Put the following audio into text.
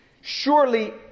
Surely